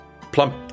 plump